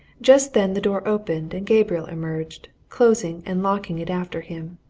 just then the door opened and gabriel emerged, closing and locking it after him.